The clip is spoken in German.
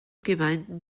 gemeinden